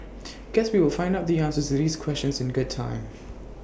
guess we will find out the answers to these questions in good time